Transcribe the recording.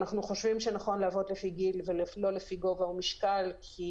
אנחנו חושבים שנכון לעבוד לפי גיל ולא לפי גובה או משקל כי